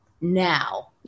now